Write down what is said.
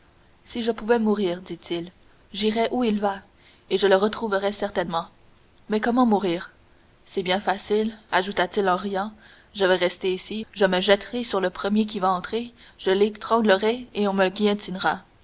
si je pouvais mourir dit-il j'irais où il va et je le retrouverais certainement mais comment mourir c'est bien facile ajouta-t-il en riant je vais rester ici je me jetterai sur le premier qui va entrer je l'étranglerai et l'on me